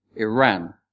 Iran